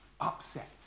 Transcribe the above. upset